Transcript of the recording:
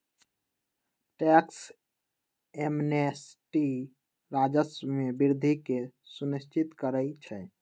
tax amnesty राजस्व में वृद्धि के सुनिश्चित करइ छै